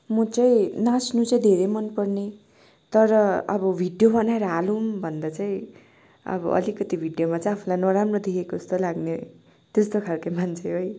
म चाहिँ नाच्नु चाहिँ धेरै मन पर्ने तर अब भिडियो बनाएर हालौँ भन्दा चाहिँ अब अलिकति भिडियोमा चाहिँ आफूलाई नराम्रो देखेको जस्तो लाग्ने त्यस्तो खाले मान्छे है